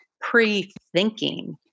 pre-thinking